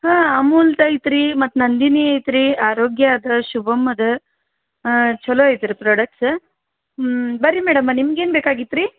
ಹಾಂ ಅಮೂಲ್ದು ಐತ್ರೀ ಮತ್ತು ನಂದಿನಿ ಐತ್ರಿ ಆರೋಗ್ಯ ಇದೆ ಶುಭಮ್ ಇದೆ ಚೊಲೋ ಐತ್ರಿ ಪ್ರೊಡೆಕ್ಟ್ಸ ಬನ್ರಿ ಮೇಡಮ್ಮ ನಿಮ್ಗೇನು ಬೇಕಾಗಿತ್ತು ರೀ